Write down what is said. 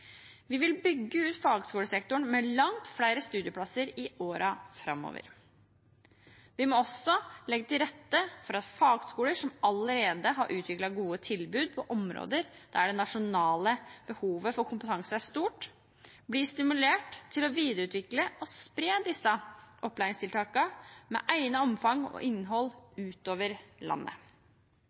Vi vil bygge ut fagskolesektoren med langt flere studieplasser i årene framover. Vi må også legge til rette for at fagskoler som allerede har utviklet gode tilbud på områder der det nasjonale behovet for kompetanse er stort, blir stimulert til å videreutvikle og spre disse opplæringstiltakene med egnet omfang og innhold utover landet.